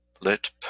let